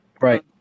Right